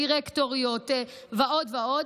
דירקטוריות ועוד ועוד,